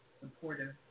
supportive